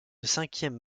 cinquième